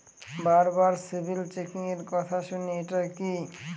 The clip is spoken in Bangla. বারবার সিবিল চেকিংএর কথা শুনি এটা কি?